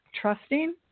trusting